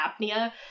apnea